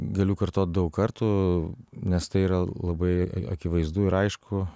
galiu kartot daug kartų nes tai yra labai akivaizdu ir aišku